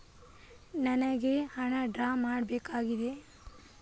ನನಿಗೆ ಹಣ ಡ್ರಾ ಮಾಡ್ಬೇಕಾಗಿದೆ